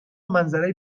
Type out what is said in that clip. منظره